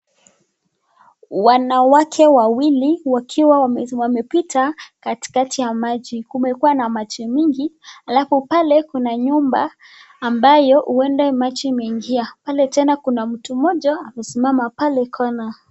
Wanawake wawili wakiwa wamepita katikati ya maji. Kumekuwa na maji mingi alafu pale kuna nyumba ambayo uenda maji imeingia. Pale tena kuna mtu mmoja amesimama pale kona.